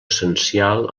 essencial